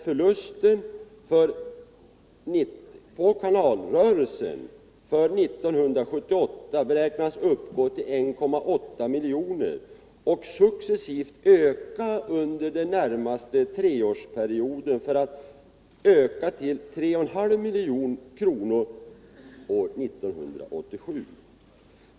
Förlusterna på kanalrörelsen har för 1978 beräknats uppgå till 1,8 milj.kr. och kommer att successivt öka till 3,5 milj.kr. år 1987.